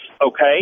okay